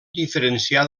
diferenciar